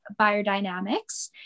Biodynamics